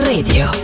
Radio